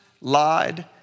lied